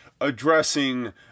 addressing